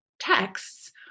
texts